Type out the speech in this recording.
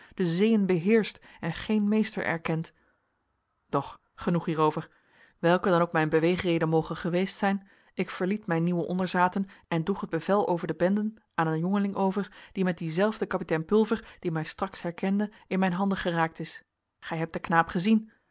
de zeeën beheerscht en geen meester erkent doch genoeg hierover welke dan ook mijn beweegreden mogen geweest zijn ik verliet mijn nieuwe onderzaten en droeg het bevel over de bende aan een jongeling over die met dienzelfden kapitein pulver die mij straks herkende in mijn handen geraakt is gij hebt den knaap gezien